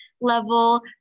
level